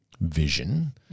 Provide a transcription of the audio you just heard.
vision